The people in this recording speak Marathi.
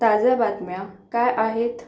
ताज्या बातम्या काय आहेत